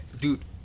Dude